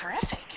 terrific